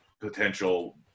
potential